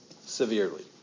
severely